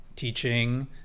teaching